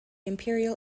imperial